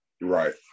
right